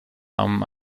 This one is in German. anderem